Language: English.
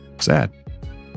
Sad